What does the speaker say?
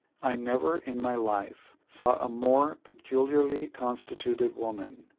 i never in my life saw a more peculiarly constituted woman.